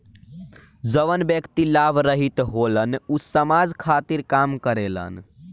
जवन व्यक्ति लाभ रहित होलन ऊ समाज खातिर काम करेलन